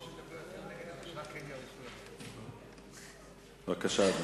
אדוני, בבקשה.